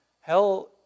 Hell